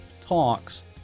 talks